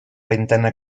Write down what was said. ventana